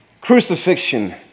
Crucifixion